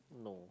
no